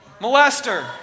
Molester